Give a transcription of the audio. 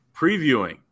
previewing